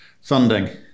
funding